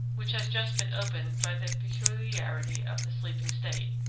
which has just been opened by the peculiarity of the sleeping state,